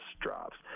drops